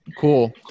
Cool